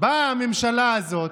באה הממשלה הזאת,